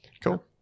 cool